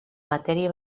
matèria